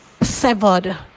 severed